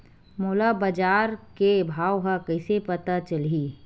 मोला बजार के भाव ह कइसे पता चलही?